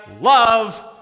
love